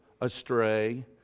astray